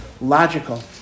logical